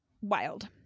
Wild